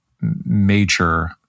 major